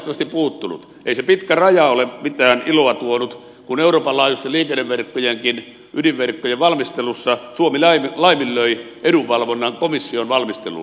ei se pitkä raja ole mitään iloa tuonut kun euroopan laajuisten liikenneverkkojenkin ydinverkkojen valmistelussa suomi laiminlöi edunvalvonnan komission valmisteluun